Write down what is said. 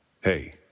Hey